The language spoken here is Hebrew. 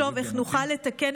לחשוב איך נוכל לתקן,